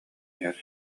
иһэр